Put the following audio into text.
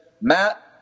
Matt